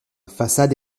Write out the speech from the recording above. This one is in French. façade